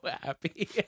happy